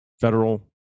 federal